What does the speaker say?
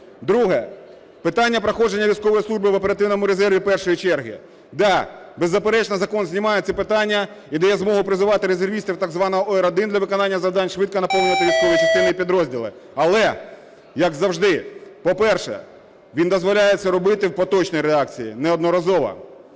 Друге. Питання проходження військової служби в оперативному резерві першої черги. Да, беззаперечно, закон знімає ці питання і дає змогу призивати резервістів так званого ОР-1 для виконання завдань, швидко наповнювати військові частини і підрозділи. Але, як завжди, по-перше, він дозволяє це робити в поточній реакції, неодноразово.